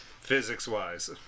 physics-wise